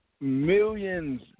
Millions